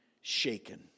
shaken